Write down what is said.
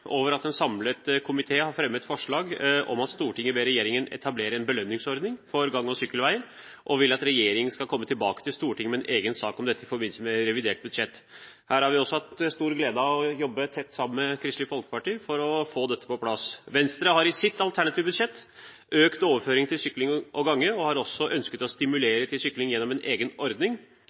over at en samlet komité har fremmet følgende forslag: «Stortinget ber regjeringen etablere en belønningsordning for gang- og sykkelveier og komme tilbake til Stortinget med en egen sak om dette i forbindelse med revidert nasjonalbudsjett.» Vi har hatt stor glede av å jobbe tett sammen med Kristelig Folkeparti for å få dette på plass. Venstre har i sitt alternative statsbudsjett «økt overføring til sykling og gange» og har også ønsket å stimulere til sykling gjennom en egen ordning.